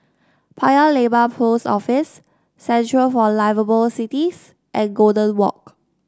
Paya Lebar Post Office Centre for Liveable Cities and Golden Walk